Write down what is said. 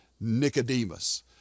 Nicodemus